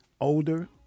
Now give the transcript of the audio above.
older